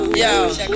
yo